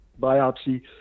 biopsy